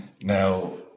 Now